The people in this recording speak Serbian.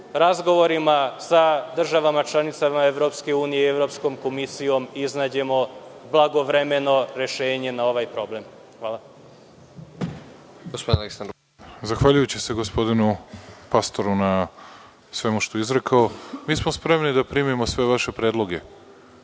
razgovorima sa državama članicama EU i Evropskom komisijom iznađemo blagovremeno rešenje na ovaj problem. Hvala.